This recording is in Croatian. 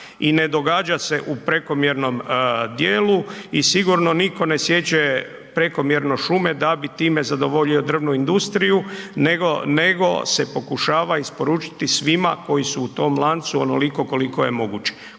i ne događa u prekomjernom djelu i sigurno nitko ne siječe prekomjerno šume da bi time zadovoljio drvnu industriju nego se pokušava isporučiti svima koji su u tom lancu onoliko koliko je moguće.